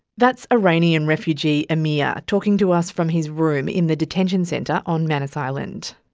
that's iranian refugee amir talking to us from his room in the detention centre on manus island.